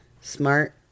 Smart